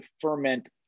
ferment